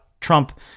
Trump